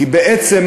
כי בעצם,